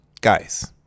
guys